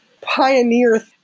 pioneer